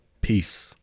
Peace